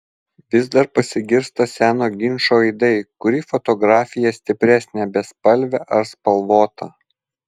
vis dar pasigirsta seno ginčo aidai kuri fotografija stipresnė bespalvė ar spalvota